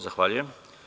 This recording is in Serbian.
Zahvaljujem.